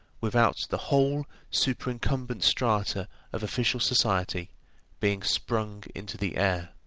without the whole superincumbent strata of official society being sprung into the air.